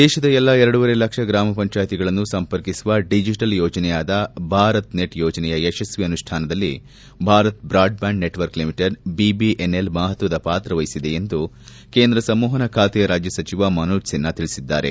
ದೇಶದ ಎಲ್ಲಾ ಎರಡೂವರೆ ಲಕ್ಷ ಗ್ರಾಮಪಂಚಾಯ್ತಿಗಳನ್ನು ಸಂಪರ್ಕಿಸುವ ಡಿಜೆಟಲ್ ಯೋಜನೆಯಾದ ಭಾರತ್ ನೆಟ್ ಯೋಜನೆಯ ಯಶಸ್ವಿ ಅನುಷ್ಠಾನದಲ್ಲಿ Bharat broadband network limited BBNL ಮಹತ್ವದ ಪಾತ್ರ ವಹಿಸಿದೆ ಎಂದು ಕೇಂದ್ರ ಸಂವಹನ ಖಾತೆಯ ರಾಜ್ಯ ಸಚಿವ ಮನೋಜ್ ಸಿನ್ವಾ ತಿಳಿಸಿದ್ದಾರೆ